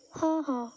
ହଁ ହଁ